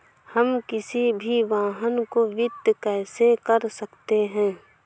हम किसी भी वाहन को वित्त कैसे कर सकते हैं?